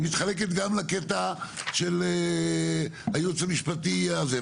היא מתחלקת גם לקטע של הייעוץ המשפטי הזה,